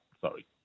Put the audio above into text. sorry